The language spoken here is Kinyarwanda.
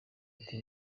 ati